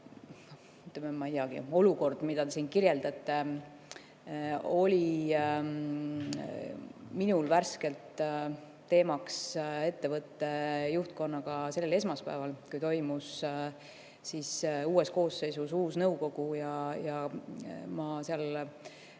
et olukord, mida te kirjeldasite, oli minul värskelt teemaks ettevõtte juhtkonnaga sellel esmaspäeval, kui toimus uues koosseisus uus nõukogu. Ma seal